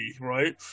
right